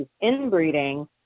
inbreeding